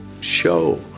show